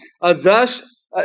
Thus